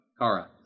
Kara